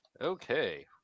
Okay